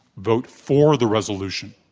vote for the resolution,